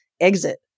exit